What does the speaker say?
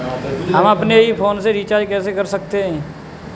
हम अपने ही फोन से रिचार्ज कैसे कर सकते हैं?